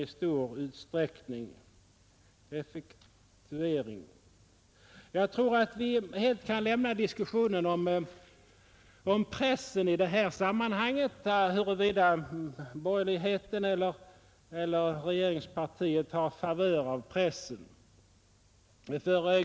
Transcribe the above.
Jag tror att vi i detta sammanhang kan lämna diskussionen om huruvida borgerligheten eller regeringspartiet har favör av pressen.